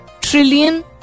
trillion